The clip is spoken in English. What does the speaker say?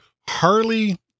Harley